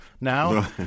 now